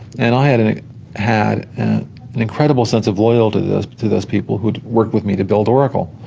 and i had an had an incredible sense of loyalty to those people who worked with me to build oracle.